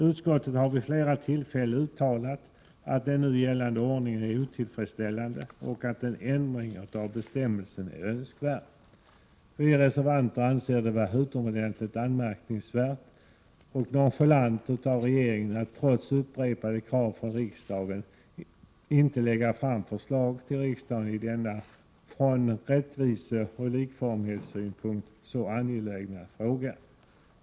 Utskottet har vid flera tillfällen uttalat att den nu gällande ordningen är otillfredsställande och att en ändring av bestämmelserna är önskvärd. Vi reservanter anser det vara utomordentligt anmärkningsvärt och nonchalant av regeringen att trots upprepade krav från riksdagen inte lägga fram förslag till riksdagen i denna från rättviseoch likformighetssynpunkt så angelägna fråga.